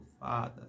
father